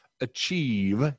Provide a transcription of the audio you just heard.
achieve